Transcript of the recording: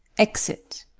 exit